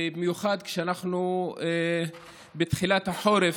ובמיוחד כשאנחנו בתחילת החורף,